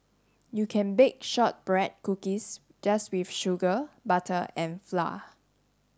you can bake shortbread cookies just with sugar butter and flour